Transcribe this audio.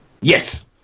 Yes